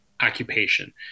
occupation